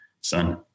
son